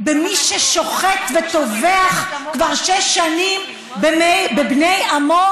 במי ששוחט וטובח כבר שש שנים בבני עמו,